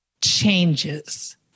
changes